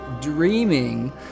dreaming